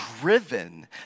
driven